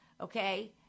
okay